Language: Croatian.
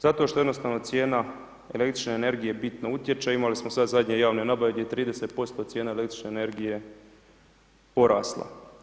Zato što jednostavno cijena električne energije bitno utječe, imali smo sad zadnje javne nabave gdje je 30% cijena električne energije porasla.